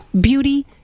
beauty